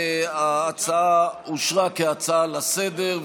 ההצעה אושרה כהצעה לסדר-היום,